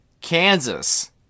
Kansas